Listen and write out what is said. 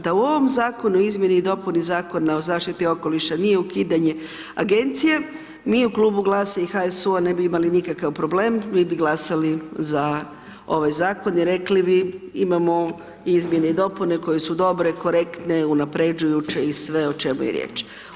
Da u ovom Zakonu o izmjeni i dopuni Zakona o zaštiti nije ukidanje Agencije, mi u Klubu GLAS-a i HSU-a ne bi imali nikakav problem, mi bi glasali ZA ovaj Zakon i rekli bi imamo izmjene i dopune koje su dobre, korektne, unapređujuće i sve o čemu je riječ.